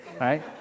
Right